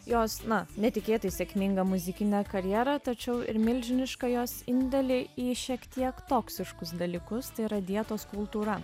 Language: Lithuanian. jos na netikėtai sėkmingą muzikinę karjerą tačiau ir milžinišką jos indėlį į šiek tiek toksiškus dalykus tai yra dietos kultūra